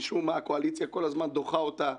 משום מה הקואליציה כל הזמן דוחה אותה,